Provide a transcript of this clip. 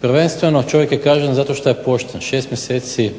Prvenstveno, čovjek je kažnjen zato što je pošten. Šest mjeseci